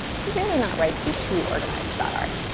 it's really not right to be too organized about art.